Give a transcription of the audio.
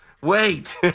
Wait